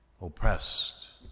Oppressed